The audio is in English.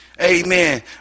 Amen